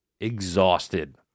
exhausted